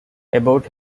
about